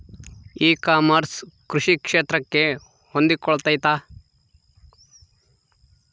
E commerce ಕೃಷಿ ಕ್ಷೇತ್ರಕ್ಕೆ ಹೊಂದಿಕೊಳ್ತೈತಾ?